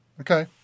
Okay